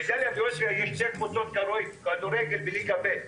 יש שתי קבוצות כדורגל בליגה ב',